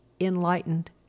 enlightened